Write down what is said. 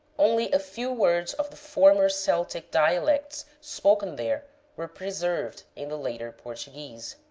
only a few words of the former celtic dialects spoken there were preserved in the later portuguese.